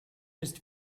ist